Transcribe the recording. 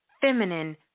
feminine